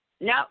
No